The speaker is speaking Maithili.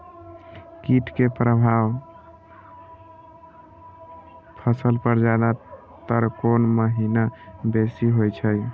कीट के प्रभाव फसल पर ज्यादा तर कोन महीना बेसी होई छै?